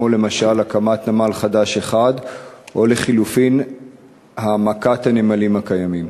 למשל הקמת נמל חדש אחד או לחלופין העמקת הנמלים הקיימים?